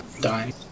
dying